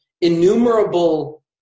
innumerable